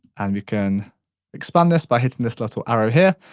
and we can expand this by hitting this little arrow here.